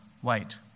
white